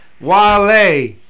Wale